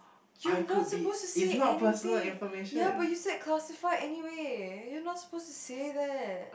you're not supposed to say anything ya but you said classified anyway you're not supposed to say that